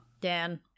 Dan